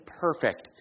perfect